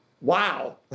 Wow